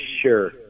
sure